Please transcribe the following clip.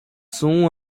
soon